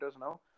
now